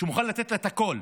שאני מוכן לתת לה את הכול